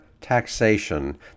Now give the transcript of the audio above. taxation